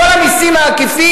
כל המסים העקיפים.